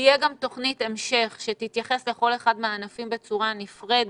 תהיה גם תוכנית המשך שתתייחס לכל אחד מהענפים בצורה נפרדת.